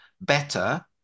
better